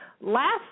last